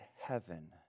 heaven